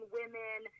women